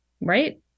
right